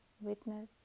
witness